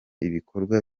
ibikorwa